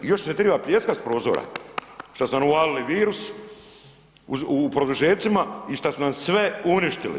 I još se triba pljeskat s prozora šta su nam uvalili virus u produžecima i šta su nam sve uništili.